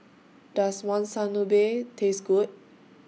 Does Monsunabe Taste Good